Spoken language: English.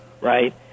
right